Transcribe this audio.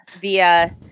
via